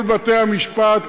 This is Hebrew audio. כל בתי-המשפט,